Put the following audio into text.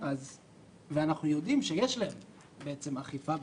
אנחנו יודעים שיש להם אכיפה,